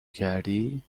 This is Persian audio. کردی